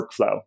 workflow